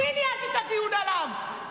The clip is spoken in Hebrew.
אני ניהלתי את הדיון עליו.